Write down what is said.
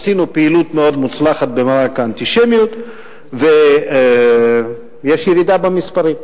עשינו פעילות מאוד מוצלחת במאבק באנטישמיות ויש ירידה במספרים.